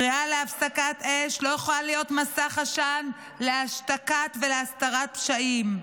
קריאה להפסקת אש לא יכולה להיות מסך עשן להשתקה ולהסתרת פשעים.